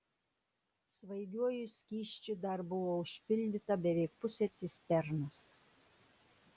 svaigiuoju skysčiu dar buvo užpildyta beveik pusė cisternos